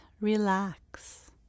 relax